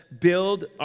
build